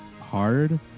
hard